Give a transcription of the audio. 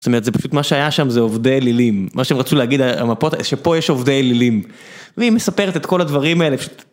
זאת אומרת זה פשוט מה שהיה שם זה עובדי לילים מה שהם רצו להגיד המפות שפה יש עובדי לילים והיא מספרת את כל הדברים האלה.